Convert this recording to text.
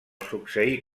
succeí